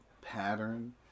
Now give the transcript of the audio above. pattern